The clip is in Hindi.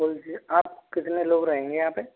जी आप कितने लोग रहेंगे यहाँ पे